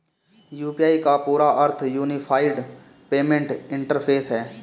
UPI का पूरा अर्थ यूनिफाइड पेमेंट इंटरफ़ेस है